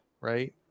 right